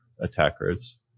attackers